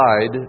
side